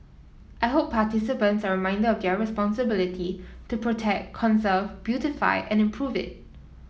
I hope participants are reminded of their responsibility to protect conserve beautify and improve it